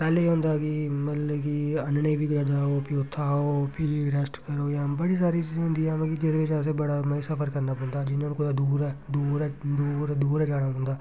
पैह्ले केह् होंदा कि मतलब कि आह्नने गी बी जाओ फ्ही उत्थें आओ तां फ्ही रैस्ट करो जां बड़ी सारियां चीज़ां होंदिया कि मतलब जेह्दे च अस बड़ा मतलब कि सफर करना पौंदा हा जियां कि हून दूर ऐ दूर ऐ दूर दूर गै जाना पौंदा